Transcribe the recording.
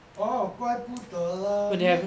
orh 怪不得 lor 因为